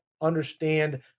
understand